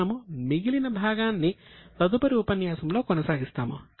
మనము మిగిలిన భాగాన్ని తదుపరి ఉపన్యాసంలో కొనసాగిస్తాము